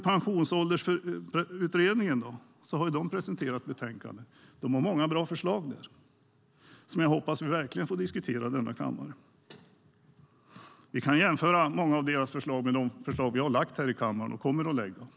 Pensionsåldersutredningen har presenterat ett betänkande med många bra förslag, som jag verkligen hoppas att vi ska få diskutera i kammaren. Många av utredningens förslag kan jämföras med de förslag vi har lagt fram i kammaren och kommer att lägga fram.